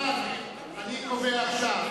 אני קובע עכשיו.